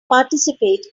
participate